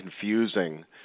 confusing